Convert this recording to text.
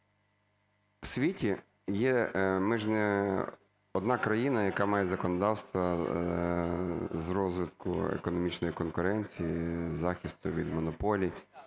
ж не одна країна, яка має законодавство з розвитку економічної конкуренції, захисту від монополій.